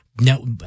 No